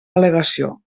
al·legació